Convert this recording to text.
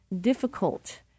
difficult